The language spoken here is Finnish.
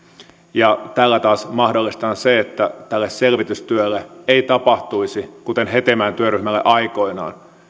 ja tällä taas mahdollistetaan se että tälle selvitystyölle ei tapahtuisi kuten hetemäen työryhmälle aikoinaan